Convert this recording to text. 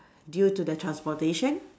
due to the transportation